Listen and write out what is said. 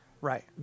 Right